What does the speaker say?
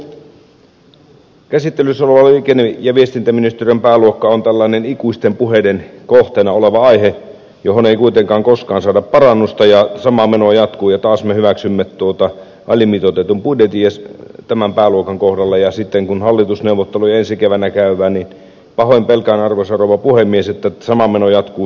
käsittelyssä oleva liikenne ja viestintäministeriön pääluokka on tällainen ikuisten puheiden kohteena oleva aihe johon ei kuitenkaan koskaan saada parannusta ja sama meno jatkuu ja taas me hyväksymme alimitoitetun budjetin tämän pääluokan kohdalla ja sitten kun hallitusneuvotteluja ensi keväänä käydään niin pahoin pelkään arvoisa rouva puhemies että sama meno jatkuu sielläkin